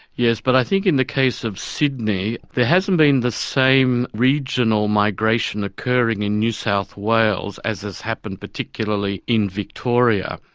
yes, but i think in the case of sydney there hasn't been the same regional migration occurring in new south wales as has happened particularly in victoria,